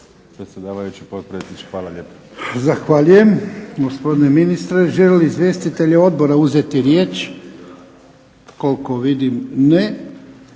Hvala